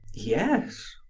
yes.